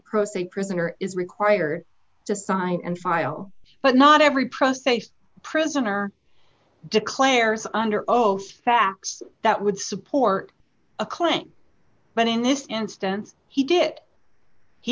se prisoner is required to sign and file but not every processed prisoner declares under oath facts that would support a claim but in this instance he did